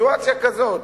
בסיטואציה כזאת?